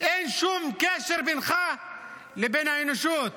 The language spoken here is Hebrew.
אין שום קשר בינך לבין האנושות.